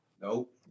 Nope